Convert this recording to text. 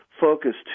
focused